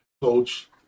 coach